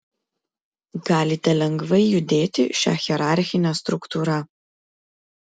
galite lengvai judėti šia hierarchine struktūra